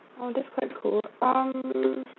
oh that's quite cool um